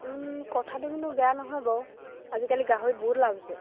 কথাটো কিন্তু বেয়া নহয় বাৰু আজিকালি গাহৰিত বহুত লাভ আছে